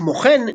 כמו כן,